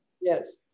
Yes